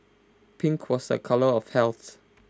pink was A colour of health